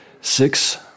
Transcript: Six